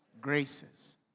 Graces